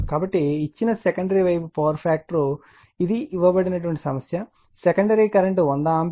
కాబట్టి ఇచ్చిన సెకండరీ వైపు పవర్ ఫ్యాక్టర్ ఇది ఇవ్వబడిన సమస్య సెకండరీ కరెంట్ 100 ఆంపియర్ అయినప్పుడు 0